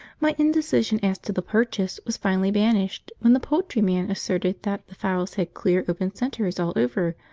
my indecision as to the purchase was finally banished when the poultryman asserted that the fowls had clear open centres all over,